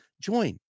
Join